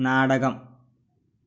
നാടകം